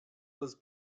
was